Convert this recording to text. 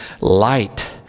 light